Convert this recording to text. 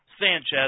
Sanchez